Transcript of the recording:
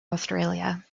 australia